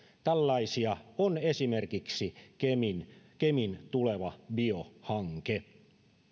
tällaisia on esimerkiksi kemin kemin tuleva biohanke